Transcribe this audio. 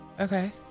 okay